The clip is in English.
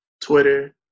Twitter